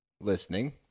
listening